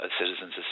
Citizens